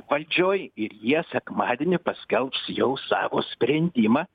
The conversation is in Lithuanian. valdžioj ir jie sekmadienį paskelbs jau savo sprendimą